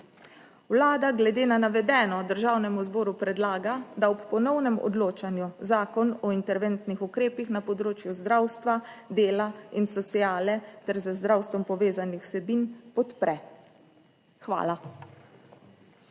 Vlada glede na navedeno Državnemu zboru predlaga, da ob ponovnem odločanju Zakon o interventnih ukrepih na področju zdravstva, dela in sociale ter z zdravstvom povezanih vsebin, podpre. Hvala.